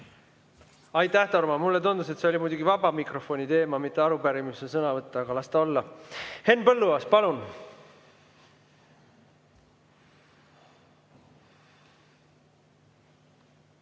Aitäh, Tarmo! Mulle tundus, et see oli muidugi vaba mikrofoni teema, mitte arupärimise sõnavõtt, aga las ta olla. Henn Põlluaas, palun!